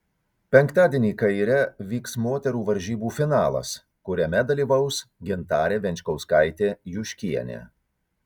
penktadienį kaire vyks moterų varžybų finalas kuriame dalyvaus gintarė venčkauskaitė juškienė